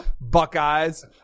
Buckeyes